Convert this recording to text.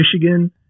Michigan